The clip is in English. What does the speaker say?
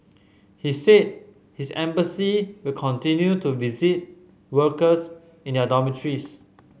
he said his embassy will continue to visit workers in their dormitories